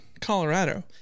Colorado